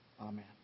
Amen